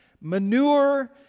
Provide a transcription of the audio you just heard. manure